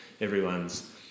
everyone's